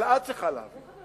אבל את צריכה להבין,